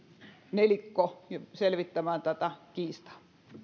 nelikko selvittämään tätä kiistaa